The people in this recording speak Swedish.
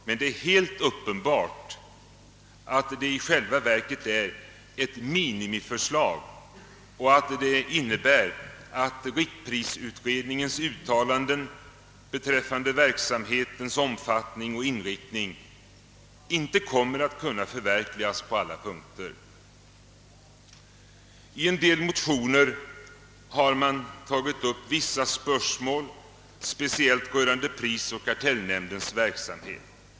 Men det är helt uppenbart att det i själva verket är ett minimiförslag, och det innebär att riktprisutredningens uttalande beträffande verksamhetens omfattning och inriktning inte kommer att kunna förverkligas på alla punkter. I en del motioner har man tagit upp vissa spörsmål speciellt rörande prisoch kartellnämndens verksamhet.